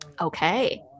Okay